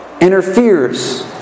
interferes